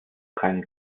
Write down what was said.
keinen